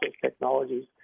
technologies